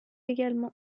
également